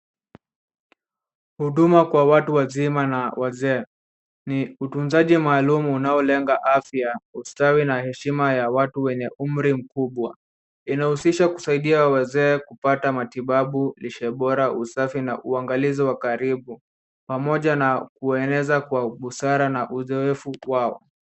Huduma kwa watu wazima na wazee. Ni utunzaji maalum unaolenga afya, ustawi na heshima ya watu wenye umri mkubwa . Inahusisha kusaidia wazee kupata matibabu, lishe bora, usafi na uangalizi wa karibu, pamoja na kueneza kwa busara na uzoefu wao.